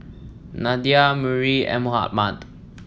Nadia Murni and Muhammad